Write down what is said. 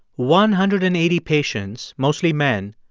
one hundred and eighty patients, mostly men,